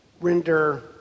render